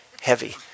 heavy